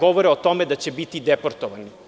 govore o tome da će biti deportovani.